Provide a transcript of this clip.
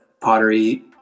pottery